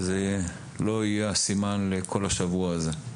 אני מקווה שזה לא יהיה הסימן לכל השבוע הזה.